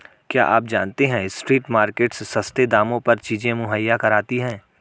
क्या आप जानते है स्ट्रीट मार्केट्स सस्ते दामों पर चीजें मुहैया कराती हैं?